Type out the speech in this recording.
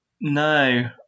No